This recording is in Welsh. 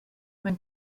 mae